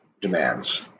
demands